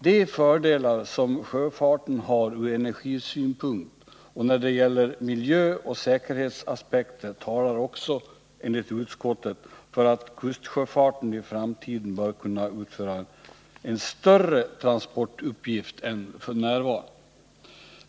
De fördelar som sjöfarten har ur energisynpunkt och när det gäller miljöoch säkerhetsaspekter talar också, enligt utskottet, för att kustsjöfarten i framtiden bör kunna utföra en större transportuppgift än f. n.